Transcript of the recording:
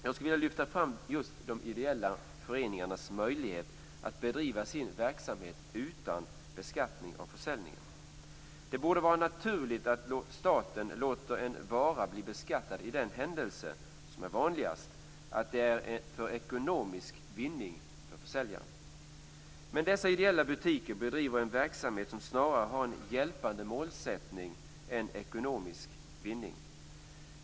Jag skulle vilja lyfta fram just de ideella föreningarnas möjlighet att bedriva sin verksamhet utan beskattning av försäljningen. Det är naturligt att staten låter en vara bli beskattad i den händelse som är vanligast, dvs. att den säljs för att ge ekonomisk vinning åt försäljaren. Men dessa ideella butiker bedriver en verksamhet som snarare har hjälpande som målsättning än ekonomisk vinning.